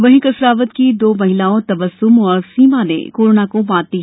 वहींकसरावद की दो महिलाओं तबस्सुम और सीमा ने कोरोना को मात दी